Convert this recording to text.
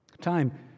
time